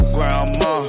Grandma